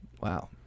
Wow